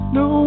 no